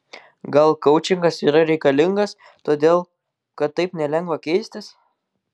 gal koučingas yra reikalingas todėl kad taip nelengva keistis